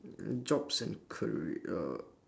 jobs and career